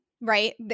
Right